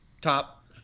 top